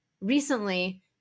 recently